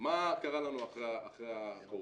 מה קרה לנו אחרי הקורונה?